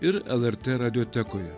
ir elertė radiotekoje